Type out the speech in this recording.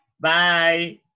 Bye